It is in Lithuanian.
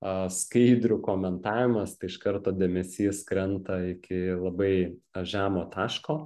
a skaidrių komentavimas tai iš karto dėmesys krenta iki labai žemo taško